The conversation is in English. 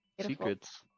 Secrets